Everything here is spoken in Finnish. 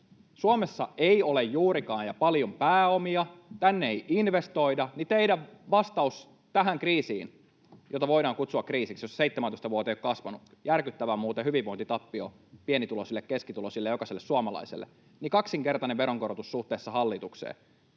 Suomessa ei ole juurikaan ja paljon pääomia, tänne ei investoida, ja teidän vastaus tähän kriisiin, jota voidaan kutsua kriisiksi, jos 17 vuoteen ei ole kasvanut — muuten järkyttävä hyvinvointitappio pienituloisille, keskituloisille, jokaiselle suomalaiselle — on kaksinkertainen veronkorotus suhteessa hallitukseen.